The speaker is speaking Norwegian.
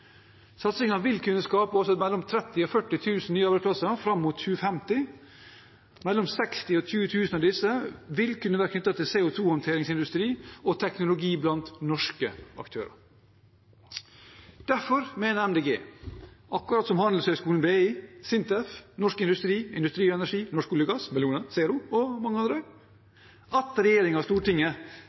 Satsingen vil også kunne skape mellom 30 000 og 40 000 arbeidsplasser fram mot 2050. Mellom 6 000 og 20 000 av disse vil kunne være knyttet til CO 2 -håndteringsindustri og -teknologi blant norske aktører. Derfor mener Miljøpartiet De Grønne – akkurat som Handelshøyskolen BI, SINTEF, Norsk Industri, Industri Energi, Norsk olje og gass, Bellona, Zero og mange andre – at regjeringen og Stortinget